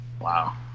Wow